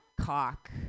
cock